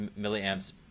milliamps